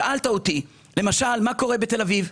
שאלת אותי, למשל, מה קורה בתל אביב,